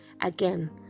Again